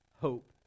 hope